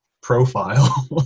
profile